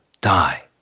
die